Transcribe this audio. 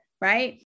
right